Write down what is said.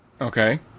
Okay